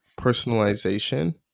personalization